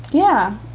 yeah.